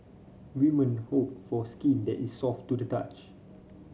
women hope for skin that is soft to the touch